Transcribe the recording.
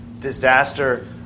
disaster